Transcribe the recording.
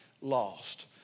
lost